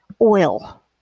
oil